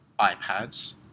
iPads